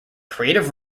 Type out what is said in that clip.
creative